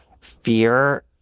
fear